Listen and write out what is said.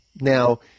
Now